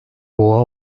boğa